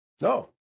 No